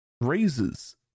raises